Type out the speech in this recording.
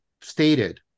stated